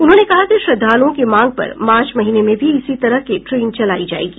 उन्होंने कहा कि श्रद्वालुओं की मांग पर मार्च महीने में भी इसी तरह के ट्रेन चलाई जायेगी